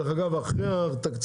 דרך אגב, אחרי התקציב,